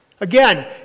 Again